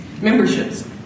memberships